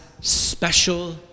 special